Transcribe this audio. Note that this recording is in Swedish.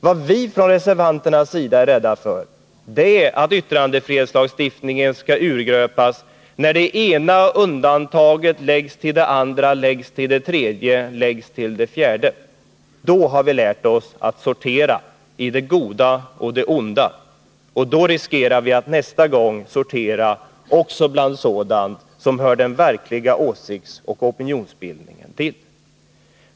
Vad vi från reservanternas sida är rädda för är att yttrandefrihetslagstiftningen skall urgröpas när det ena undantaget läggs till det andra, läggs till det tredje, läggs till det fjärde. Då har vi lärt oss att sortera i det goda och det onda, och då riskerar vi att nästa gång sortera också bland sådant som hör den verkliga åsiktsoch opinionsbildningen till.